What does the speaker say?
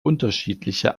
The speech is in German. unterschiedliche